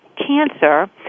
Cancer